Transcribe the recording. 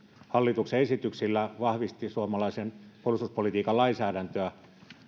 hallituksen esityksillä vahvisti suomalaisen puolustuspolitiikan lainsäädäntöä